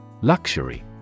Luxury